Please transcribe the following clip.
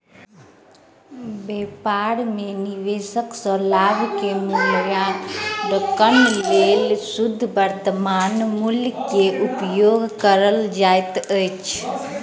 व्यापार में निवेश सॅ लाभ के मूल्याङकनक लेल शुद्ध वर्त्तमान मूल्य के उपयोग कयल जाइत अछि